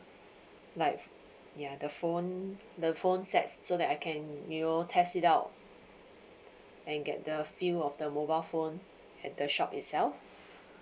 like ya the phone the phone sets so that I can you know test it out and get the feel of the mobile phone at the shop itself